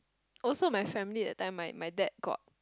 also my family that time my my dad got